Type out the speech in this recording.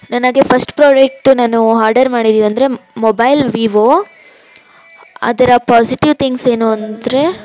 ನನಗೆ first product ನಾನು order ಮಾಡಿದ್ದೇನಂದ್ರೆ ಮೊಬೈಲ್ ವಿವೋ ಅದರ ಪಾಸಿಟಿವ್ ಥಿಂಗ್ಸ್ ಏನು ಅಂದರೆ